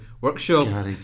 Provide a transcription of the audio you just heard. workshop